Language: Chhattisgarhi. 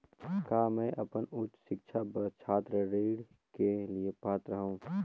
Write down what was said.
का मैं अपन उच्च शिक्षा बर छात्र ऋण के लिए पात्र हंव?